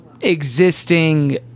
existing